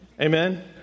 Amen